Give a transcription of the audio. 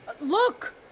Look